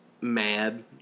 mad